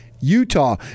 Utah